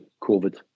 Covid